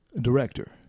director